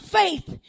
faith